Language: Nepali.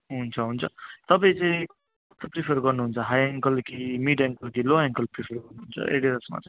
हुन्छ हुन्छ तपाईँ चाहिँ कुन प्रिफर गर्नु हुन्छ हाइ एङ्कल कि मिड एङ्कल कि लो एङ्कल प्रिफर गर्नु हुन्छ एडिडासमा चाहिँ